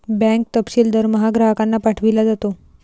bank तपशील दरमहा ग्राहकांना पाठविला जातो